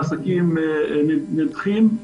העסקים נדחים,